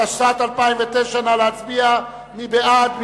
התשס"ט 2009. מי בעד?